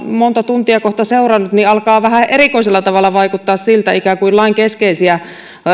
monta tuntia seurannut niin alkaa vähän erikoisella tavalla vaikuttaa siltä että ikään kuin lain keskeisiä